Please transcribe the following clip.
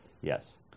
Yes